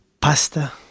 pasta